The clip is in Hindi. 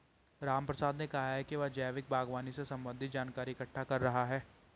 रामप्रसाद ने कहा कि वह जैविक बागवानी से संबंधित जानकारी इकट्ठा कर रहा है